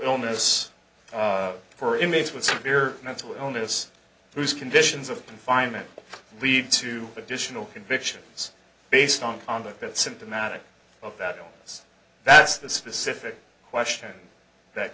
illness for inmates with severe mental illness whose conditions of confinement leave two additional convictions based on conduct that symptomatic of that oh yes that's the specific question that